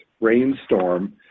rainstorm